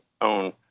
own